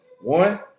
One